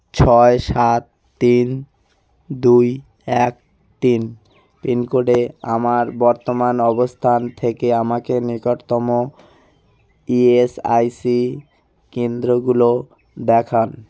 ছয় সাত তিন দুই এক তিন পিনকোডে আমার বর্তমান অবস্থান থেকে আমাকে নিকটতম ই এস আই সি কেন্দ্রগুলো দেখান